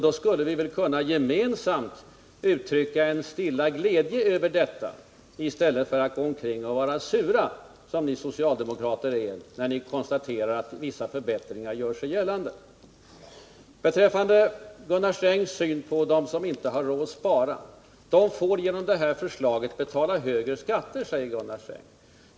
Då borde vi väl kunna gemensamt uttrycka en stilla glädje över detta i stället för att gå omkring och vara sura, som ni socialdemokrater är när ni konstaterar att vissa förbättringar gör sig märkbara. Så några ord om Gunnar Strängs syn på dem som inte har råd att spara. De får betala högre skatter, säger Gunnar Sträng.